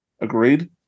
Agreed